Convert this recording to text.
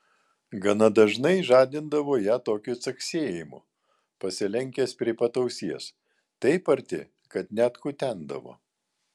gana dažnai žadindavo ją tokiu caksėjimu pasilenkęs prie pat ausies taip arti kad net kutendavo